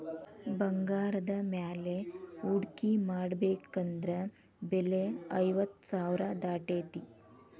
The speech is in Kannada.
ಬಂಗಾರದ ಮ್ಯಾಲೆ ಹೂಡ್ಕಿ ಮಾಡ್ಬೆಕಂದ್ರ ಬೆಲೆ ಐವತ್ತ್ ಸಾವ್ರಾ ದಾಟೇತಿ